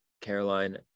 Caroline